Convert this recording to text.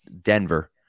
Denver